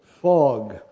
fog